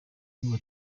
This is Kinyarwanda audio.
bamwe